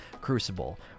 crucible